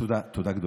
תודה, תודה גדולה.